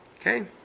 Okay